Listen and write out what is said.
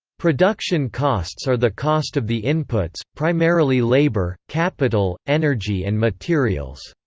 production costs are the cost of the inputs primarily labor, capital, energy and materials.